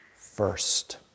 first